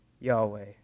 Yahweh